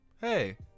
Hey